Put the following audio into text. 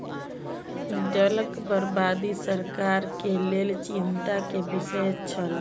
जलक बर्बादी सरकार के लेल चिंता के विषय छल